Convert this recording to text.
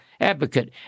advocate